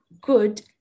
good